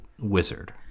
wizard